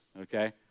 okay